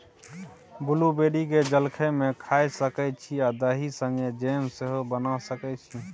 blueberry केँ जलखै मे खाए सकै छी आ दही संगै जैम सेहो बना सकै छी